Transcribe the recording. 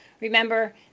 remember